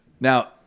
Now